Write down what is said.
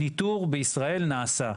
היתור בישראל נעשה,